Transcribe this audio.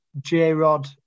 J-Rod